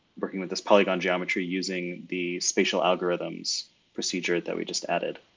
working with this polygon geometry, using the spatial algorithms procedure that we just added.